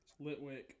Litwick